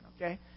okay